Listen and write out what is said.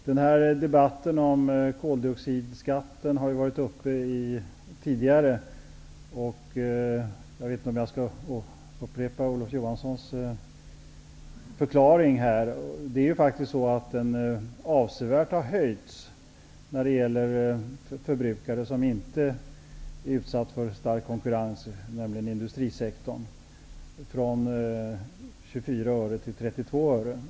Herr talman! Debatten om koldioxidskatten har varit uppe tidigare. Jag vet inte om jag skall behöva upprepa Olof Johanssons förklaring. Skatten har faktiskt höjts avsevärt när det gäller förbrukare som inte är utsatta för stark konkurrens, nämligen industrisektorn, från 24 öre till 32 öre.